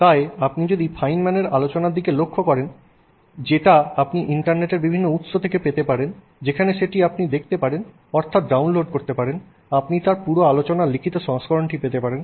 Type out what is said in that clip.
তাই আপনি যদি ফাইনম্যানের আলোচনার দিকে লক্ষ্য করেন যেটা আপনি ইন্টারনেটের বিভিন্ন উৎস থেকে পেতে পারেন যেখানে সেটি আপনি দেখতে পারেন অর্থাৎ ডাউনলোড করতে পারেন আপনি তার পুরো আলোচনার লিখিত সংস্করণটি পেতে পারেন